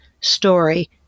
story